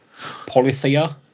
Polythea